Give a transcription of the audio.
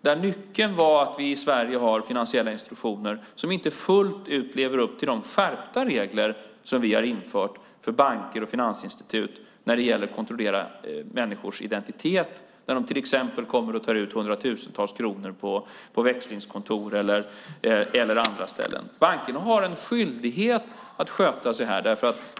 där nyckeln var att vi i Sverige har finansiella institutioner som inte fullt ut lever upp till de skärpta regler som vi har infört för banker och finansinstitut när det gäller att kontrollera människors identitet när de till exempel tar ut hundratusentals kronor på växlingskontor eller andra ställen. Bankerna har en skyldighet att sköta sig här.